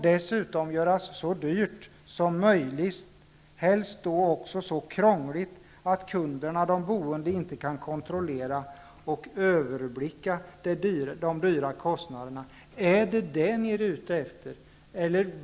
Dessutom skall det helst vara så dyrt som möjligt och så krångligt att kunderna, de boende, inte kan kontrollera och överblicka de stora kostnaderna. Är det detta ni är ute efter?